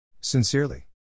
Sincerely